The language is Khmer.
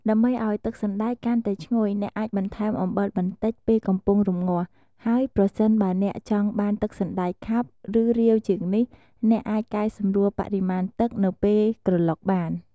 ដើម្បីឱ្យទឹកសណ្ដែកកាន់តែឈ្ងុយ អ្នកអាចបន្ថែមអំបិលបន្តិចពេលកំពុងរំងាស់ ហើយប្រសិនបើអ្នកចង់បានទឹកសណ្ដែកខាប់ ឬរាវជាងនេះ អ្នកអាចកែសម្រួលបរិមាណទឹកនៅពេលក្រឡុកបាន។